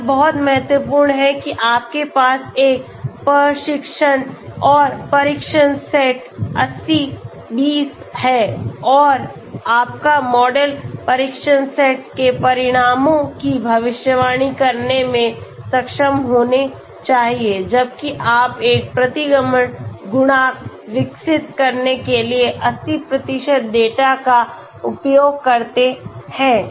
तो यह बहुत महत्वपूर्ण है कि आपके पास एक प्रशिक्षण और परीक्षण सेट 80 20 है और आपका मॉडल परीक्षण सेट के परिणामों की भविष्यवाणी करने में सक्षम होने चाहिए जबकि आप एक प्रतिगमन गुणांक विकसित करने के लिए 80 डेटा का उपयोग करते हैं